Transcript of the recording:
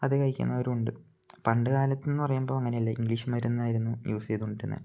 അത് കഴിക്കുന്നവരുണ്ട് പണ്ട് കാലത്തെന്ന് പറയുമ്പോൾ അങ്ങനെ അല്ല ഇംഗ്ലീഷ് മരുന്നായിരുന്നു യൂസ് ചെയ്തോണ്ടിരുന്നത്